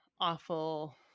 awful